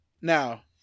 Now